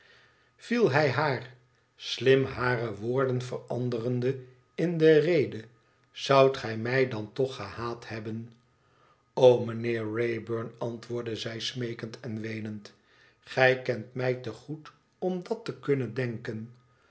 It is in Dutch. viel hij haar slim hare woorden veranderende in de rede t zoudt gij mij dan toch gehaat hebben lo mijnheer wraybum antwoordde zij smeekend en weenend gij kent mij te goed om dat te kunnen denken